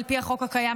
על פי החוק הקיים,